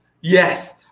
yes